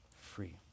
free